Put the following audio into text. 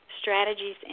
strategies